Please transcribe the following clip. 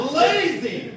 lazy